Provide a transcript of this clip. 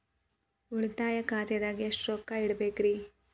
ಉಳಿತಾಯ ಖಾತೆದಾಗ ಎಷ್ಟ ರೊಕ್ಕ ಇಡಬೇಕ್ರಿ?